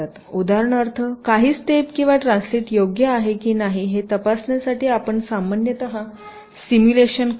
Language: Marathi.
उदाहरणार्थ काही स्टेप किंवा ट्रान्सलेट योग्य आहे की नाही हे तपासण्यासाठी आपण सामान्यत सिमुलेशन करतात